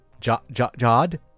Jod